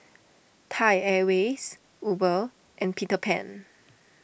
Thai Airways Uber and Peter Pan